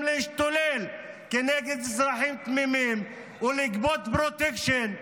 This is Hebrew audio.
להשתולל נגד אזרחים תמימים ולגבות פרוטקשן,